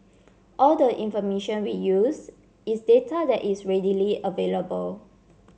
all the information we use is data that is readily available